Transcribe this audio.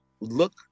look